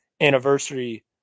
anniversary